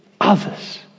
others